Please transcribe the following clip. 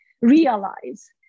realize